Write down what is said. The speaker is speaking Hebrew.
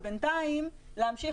ובינתיים להמשיך,